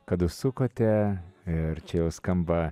kad užsukote ir čia jau skamba